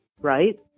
right